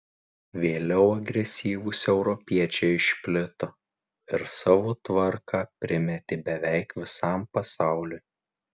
vėliau agresyvūs europiečiai išplito ir savo tvarką primetė beveik visam pasauliui